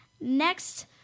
next